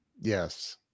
Yes